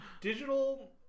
digital